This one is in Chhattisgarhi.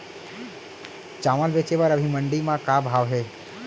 चांवल बेचे बर अभी मंडी म का भाव हे?